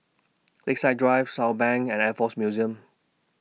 Lakeside Drive Southbank and Air Force Museum